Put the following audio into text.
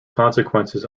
consequences